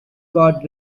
god